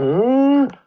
boom.